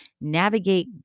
navigate